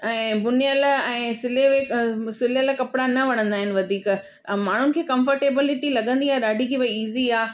ऐं बुनियल ऐं सिले हुए सिलियल कपिड़ा न वणंदा आहिनि वधीक माण्हुनि खे कंफ़र्टेबिलिटी लॻंदी आहे ॾाढी कि भई ईज़ी आहे